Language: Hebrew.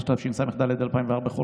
התשס"ד 2004,